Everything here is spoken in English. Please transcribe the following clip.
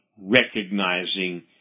recognizing